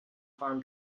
farm